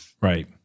Right